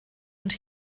und